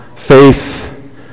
Faith